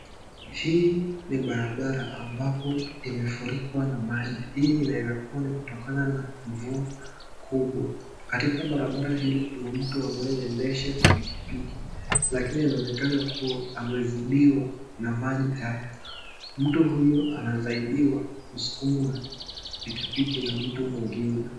Hii ni barabara ambapo imefurika na maji. Hii inaweza kuwa ni kutokana na mvua kubwa. Katika barabara hili kuna mtu anayeendesha pikipiki lakini anaonekana kuwa amezidiwa na maji haya. Mtu huyo anasaidiwa kusukuma pikipiki na mtu mwingine.